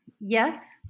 yes